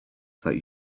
that